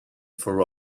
for